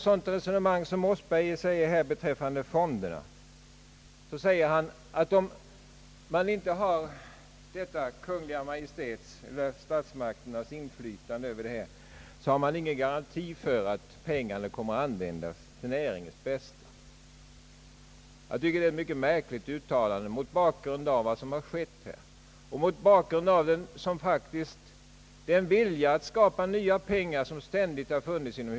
Herr Mossberger säger beträffande fonderna, att om man inte har Kungl. Maj:ts eller statsmakternas inflytande på detta område, har man ingen garanti för att pengarna kommer att användas till näringens bästa. Mot bakgrunden av vad som har skett av den vilja att skapa nya pengar som ständigt har funnits inom hushållningssällskapen tycker jag att detta är ett mycket märkligt uttalande.